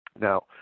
now